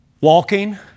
walking